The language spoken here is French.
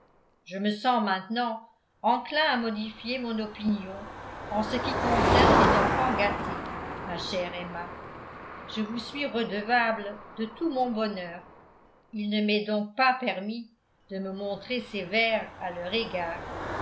je me sens maintenant enclin à modifier mon opinion en ce qui concerne les enfants gâtés ma chère emma je vous suis redevable de tout mon bonheur il ne m'est donc pas permis de me montrer sévère à leur égard